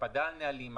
הקפדה על נהלים,